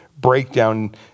breakdown